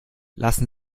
lassen